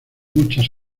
muchas